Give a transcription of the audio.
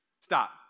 Stop